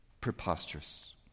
preposterous